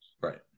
Right